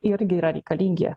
irgi yra reikalingi